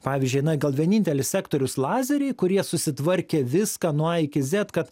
pavyzdžiui na gal vienintelis sektorius lazeriai kurie susitvarkė viską nuo a iki zet kad